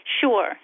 Sure